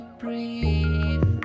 breathe